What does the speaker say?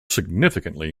significantly